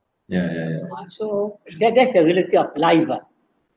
ya ya ya so that that's the reality of life ah